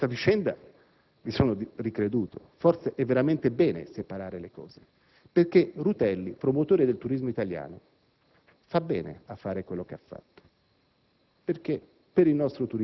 alla luce di questa vicenda, però, mi sono ricreduto, forse è veramente bene separare le cose. Rutelli promotore del turismo italiano fa bene a fare quello che ha fatto,